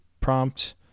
prompt